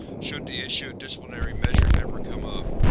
should the issue of disciplinary measures ever come up.